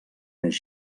més